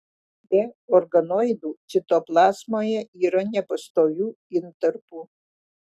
be organoidų citoplazmoje yra nepastovių intarpų